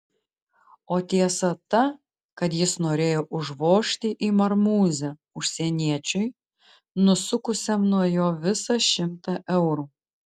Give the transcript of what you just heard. o tiesa ta kad jis norėjo užvožti į marmūzę užsieniečiui nusukusiam nuo jo visą šimtą eurų